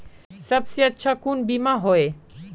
सबसे अच्छा कुन बिमा होय?